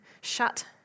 shut